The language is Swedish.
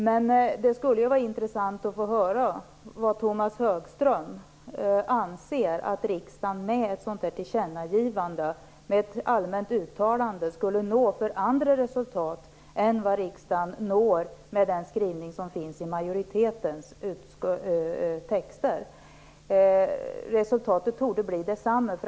Men det vore intressant att höra vad Tomas Högström anser att riksdagen med ett sådant allmänt uttalande i ett tillkännagivande skulle nå för andra resultat än vad riksdagen når med den skrivning som finns i majoritetens texter. Resultatet torde bli detsamma.